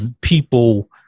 people